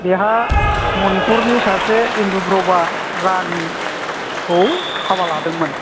बेहा मनिपुरनि सासे इन्डुप्रभा रानिखौ हाबा लादोंमोन